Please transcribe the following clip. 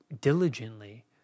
diligently